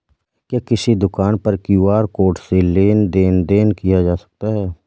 क्या किसी दुकान पर क्यू.आर कोड से लेन देन देन किया जा सकता है?